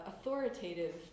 authoritative